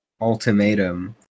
ultimatum